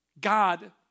God